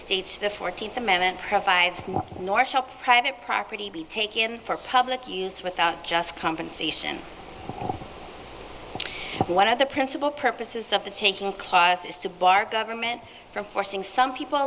states the fourteenth amendment provides nor shall private property be taken for public use without just compensation one of the principle purposes of the taking classes to bar government from forcing some people